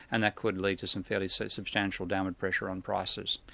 and that could lead to some fairly so substantial downward pressure on prices.